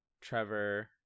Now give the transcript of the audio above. trevor